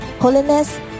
holiness